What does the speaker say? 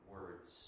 Words